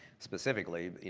specifically,